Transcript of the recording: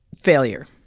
failure